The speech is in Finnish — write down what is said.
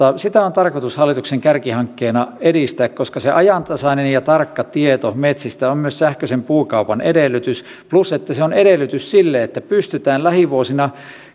sitä on tarkoitus hallituksen kärkihankkeena edistää koska ajantasainen ja tarkka tieto metsistä on myös sähköisen puukaupan edellytys plus että se on edellytys sille että pystytään lähivuosina